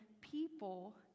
people